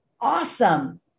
Awesome